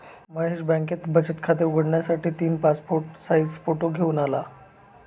महेश बँकेत बचत खात उघडण्यासाठी तीन पासपोर्ट साइज फोटो घेऊन आला